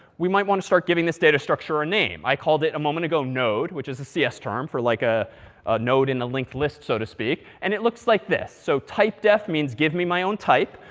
we might want to start giving this data structure a name. i called it, a moment ago, node, which is a cs term for like a node in a linked list, so to speak. and it looks like this. so typedef means, give me my own type.